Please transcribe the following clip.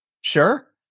sure